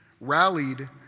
rallied